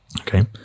okay